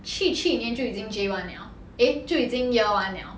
去去年就已经 J one liao eh 就已经 year one liao